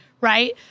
right